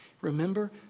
Remember